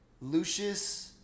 Lucius